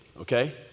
okay